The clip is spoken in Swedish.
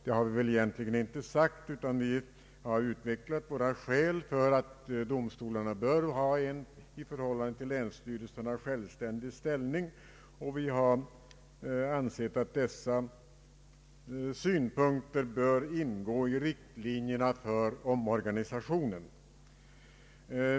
Det har vi egentligen inte sagt, utan vi har utvecklat våra skäl för att domstolarna bör ha en i förhållande till länsstyrelserna självständig ställning. Vi har ansett att dessa synpunkter bör ingå i riktlinjerna för omorganisationen.